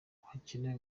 hakenewe